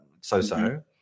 so-so